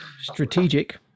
strategic